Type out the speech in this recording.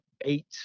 eight